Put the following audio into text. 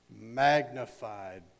magnified